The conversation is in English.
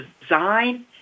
design